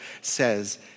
says